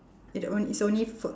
it on~ it's only food